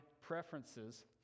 preferences